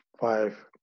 five